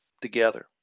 together